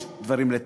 יש דברים לתקן,